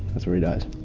that's where he dies.